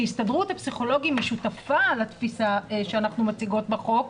שהסתדרות הפסיכולוגים היא שותפה לתפיסה שאנחנו מציגות בחוק,